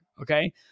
Okay